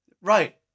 Right